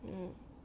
mm